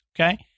Okay